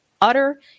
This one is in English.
utter